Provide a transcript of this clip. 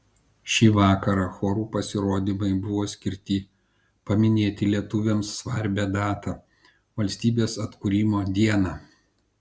šį vakarą chorų pasirodymai buvo skirti paminėti lietuviams svarbią datą valstybės atkūrimo dieną